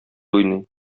уйный